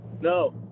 No